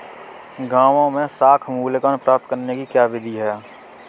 गाँवों में साख मूल्यांकन प्राप्त करने की क्या विधि है?